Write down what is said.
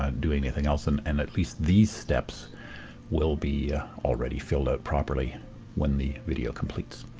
um doing anything else, and and at least these steps will be already filled out properly when the video completes.